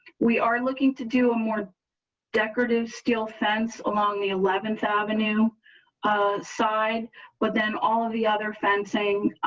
we are looking to do a more decorative steel fence along the eleventh avenue side but then all of the other fencing.